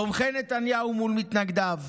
תומכי נתניהו מול מתנגדיו,